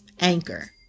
Anchor